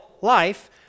life